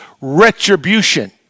retribution